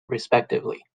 respectively